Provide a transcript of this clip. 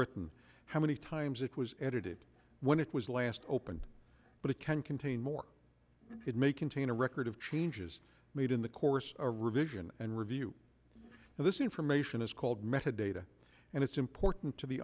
written how many times it was edited when it was last opened but it can contain more it may contain a record of changes made in the course of a revision and review and this information is called method data and it's important to